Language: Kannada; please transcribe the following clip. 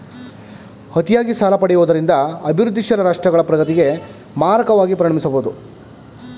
ಅತಿಯಾಗಿ ಸಾಲ ಪಡೆಯುವುದರಿಂದ ಅಭಿವೃದ್ಧಿಶೀಲ ರಾಷ್ಟ್ರಗಳ ಪ್ರಗತಿಗೆ ಮಾರಕವಾಗಿ ಪರಿಣಮಿಸಬಹುದು